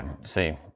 See